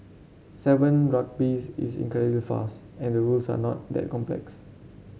Seven Rugby's is incredibly fast and the rules are not that complex